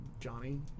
Johnny